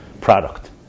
product